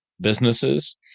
businesses